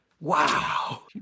wow